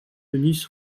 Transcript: denys